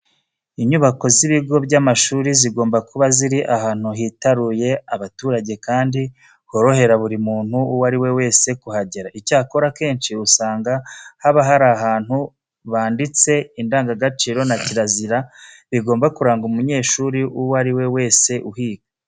Inyubako z'ibigo by'amashuri zigomba kuba ziri ahantu hitaruye abaturage kandi horohera buri muntu uwo ari we wese kuhagera. Icyakora akenshi usanga haba hari ahantu banditse indangagaciro na kirazira bigomba kuranga umunyeshuri uwo ari we wese uhiga.